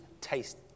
taste